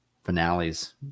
finales